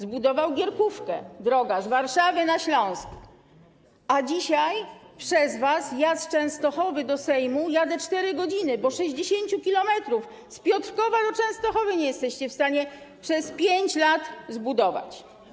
Zbudował gierkówkę, drogę z Warszawy na Śląsk, a dzisiaj przez was z Częstochowy do Sejmu jadę 4 godziny, bo 60 km z Piotrkowa do Częstochowy nie jesteście wstanie przez 5 lat zbudować.